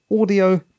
audio